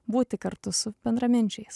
būti kartu su bendraminčiais